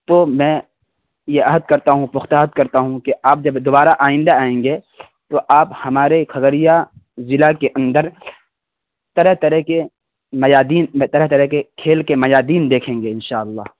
تو میں یہ عہد کرتا ہوں پختہ عہد کرتا ہوں کہ آپ جب دوبارہ آئندہ آئیں گے تو آپ ہمارے کھگریہ ضلع کے اندر طرح طرح کے میادین طرح طرح کے کھیل کے میادین دیکھیں گے ان شاء اللہ